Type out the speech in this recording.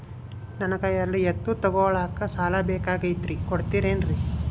ನನಗ ಎರಡು ಎತ್ತು ತಗೋಳಾಕ್ ಸಾಲಾ ಬೇಕಾಗೈತ್ರಿ ಕೊಡ್ತಿರೇನ್ರಿ?